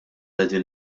qegħdin